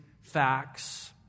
facts